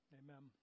amen